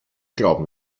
glauben